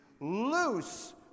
loose